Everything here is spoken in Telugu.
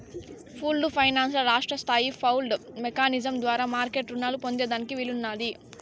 పూల్డు ఫైనాన్స్ ల రాష్ట్రస్తాయి పౌల్డ్ మెకానిజం ద్వారా మార్మెట్ రునాలు పొందేదానికి వీలున్నాది